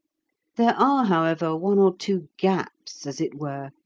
there are, however, one or two gaps, as it were,